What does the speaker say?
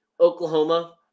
Oklahoma